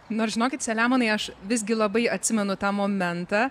nors žinokit selemonai aš visgi labai atsimenu tą momentą